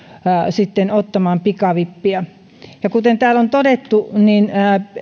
sitten ottamaan pikavippiä ja kuten täällä on todettu niin